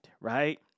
right